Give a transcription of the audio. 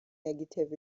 negative